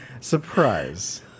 Surprise